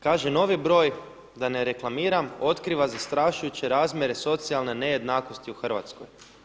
Kaže novi broj, da ne reklamiram, otkriva zastrašujuće razmjere socijalne nejednakosti u Hrvatskoj.